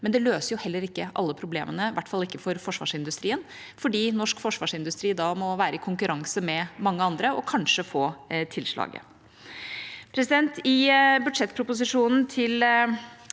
men det løser heller ikke alle problemene, i hvert fall ikke for forsvarsindustrien, fordi norsk forsvarsindustri da må være i konkurranse med mange andre for kanskje å få tilslaget. I budsjettproposisjonen til